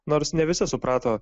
nors ne visi suprato